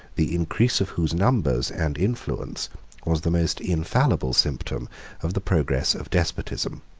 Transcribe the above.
the increase of whose numbers and influence was the most infallible symptom of the progress of despotism.